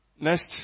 Next